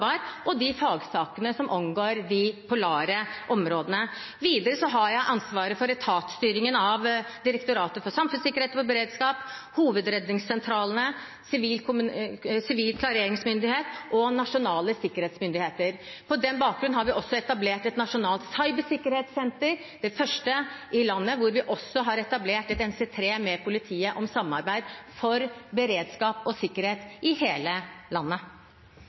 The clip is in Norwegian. de fagsakene som angår de polare områdene. Videre har jeg ansvaret for etatsstyringen av Direktoratet for samfunnssikkerhet og beredskap, hovedredningssentralene, Sivil klareringsmyndighet og Nasjonal sikkerhetsmyndighet. På den bakgrunn har vi også fått et nasjonalt cybersikkerhetssenter – det første i landet – hvor vi har etablert et NC3 med politiet om samarbeid for beredskap og sikkerhet i hele landet.